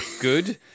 good